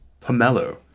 Pomelo